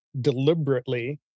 deliberately